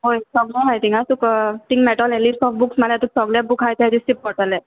होय सोगले हांव थिंगां तुका थिंग मेटोलें लिस्ट ऑफ बुक्स माल्यार तुका सोगले बूक आहाय तें दिश्टी पोट्टोले